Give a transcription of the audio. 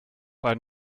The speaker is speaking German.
ein